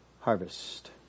harvest